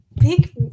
big